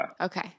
Okay